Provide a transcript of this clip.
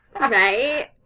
Right